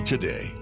today